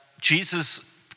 Jesus